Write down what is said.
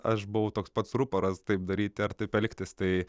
aš buvau toks pats ruporas taip daryti ar taip elgtis tai